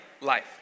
life